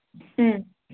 ꯎꯝ